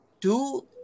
two